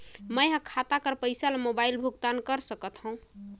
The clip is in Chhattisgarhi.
मैं ह खाता कर पईसा ला मोबाइल भुगतान कर सकथव?